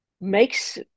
makes